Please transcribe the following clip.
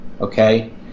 okay